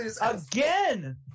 again